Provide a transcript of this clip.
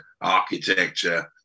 architecture